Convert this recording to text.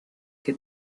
que